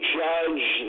judge